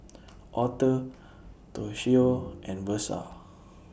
Aurthur Toshio and Versa